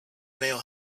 male